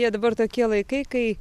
jie dabar tokie laikai kai